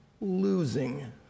losing